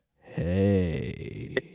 hey